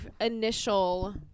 initial